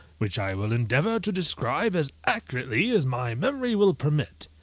which i will endeavour to describe as accurately as my memory will permit.